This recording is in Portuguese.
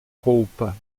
roupa